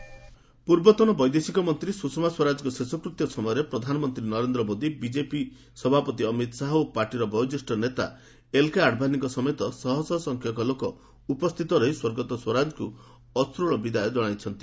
Swaraj funeral ପୂର୍ବତନ ବୈଦେଶିକ ମନ୍ତ୍ରୀ ସୁଷମା ସ୍ୱରାଜଙ୍କ ଶେଷକୂତ୍ୟ ସମୟରେ ପ୍ରଧାନମନ୍ତ୍ରୀ ନରେନ୍ଦ୍ର ମୋଦି ବିଜେପି ସଭାପତି ଅମିତ ଶାହା ଓ ପାର୍ଟିର ବୟୋଜ୍ୟେଷ୍ଠ ନେତା ଏଲ୍କେ ଆଡଭାନୀଙ୍କ ସମେତ ଶହଶହ ସଂଖ୍ୟକ ଲୋକ ଉପସ୍ଥିତ ରହି ସ୍ୱର୍ଗତ ସ୍ୱରାଜଙ୍କୁ ଅଶ୍ରୁଳ ବିଦାୟ କ୍ଷାଇଛନ୍ତି